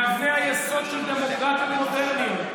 מאבני היסוד של דמוקרטיה מודרנית.